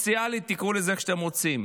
סוציאלית, תקראו לזה איך שאתם רוצים.